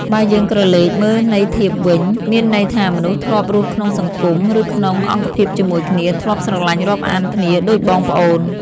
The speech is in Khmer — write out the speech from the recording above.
បើយើងក្រឡេកមើលន័យធៀបវិញ មានន័យថាមនុស្សធ្លាប់រស់ក្នុងសង្គម ឬក្នុងអង្គភាពជាមួយគ្នា ធ្លាប់ស្រលាញ់រាប់អានគ្នាដូចបងប្អូន ។